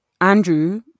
Andrew